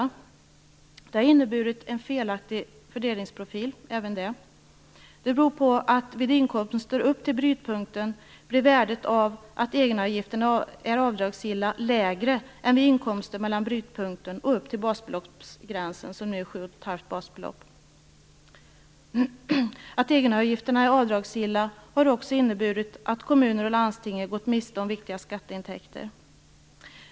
Även det har inneburit en felaktig fördelningsprofil, beroende på att vid inkomster upp till brytpunkter blir värdet av att egenavgifterna är avdragsgilla lägre än vid inkomster mellan brytpunkten och upp till basbeloppsgränsen, som nu är sju och ett halvt basbelopp. Att egenavgifterna är avdragsgilla har också inneburit att kommuner och landsting har gått miste om viktiga skatteintäkter.